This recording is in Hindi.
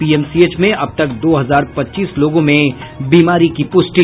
पीएमसीएच में अब तक दो हजार पच्चीस लोगों में बीमारी की पुष्टि